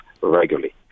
regularly